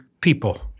people